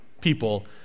people